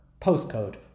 postcode